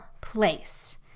place